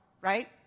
right